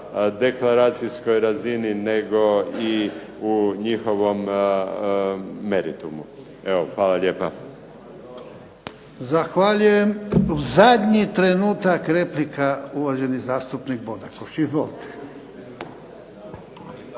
deklaracijskoj razini nego i u njihovom meritumu. Evo hvala lijepa. **Jarnjak, Ivan (HDZ)** Zahvaljujem. U zadnji trenutak replika, uvaženi zastupnik Bodakoš. Izvolite.